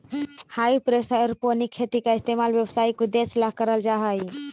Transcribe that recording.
हाई pressure aeroponic खेती का इस्तेमाल व्यावसायिक उद्देश्य ला करल जा हई